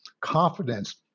confidence